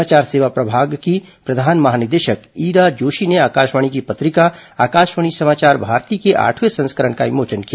समाचार सेवा प्रभाग की प्रधान महानिदेशक ईरा जोशी ने आकाशवाणी की पत्रिका आकाशवाणी समाचार भारती के आठवें संस्करण का विमोचन किया